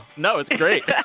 no, it's great yeah